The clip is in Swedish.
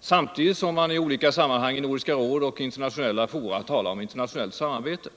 samtidigt som han i olika sammanhang, i Nordiska rådet och i internationella fora, talar om internationellt samarbete.